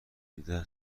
دیده